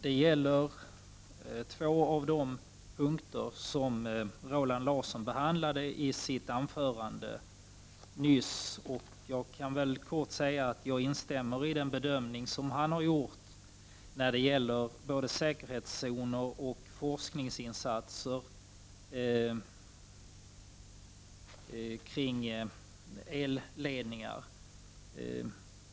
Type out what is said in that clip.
Det gäller två av de punkter som Roland Larsson behandlade i sitt anförande nyss. Jag instämmer i den bedömning som han har gjort när det gäller både säkerhetszoner och forskningsinsatser kring elledningar.